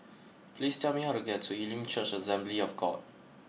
please tell me how to get to Elim Church Assembly of God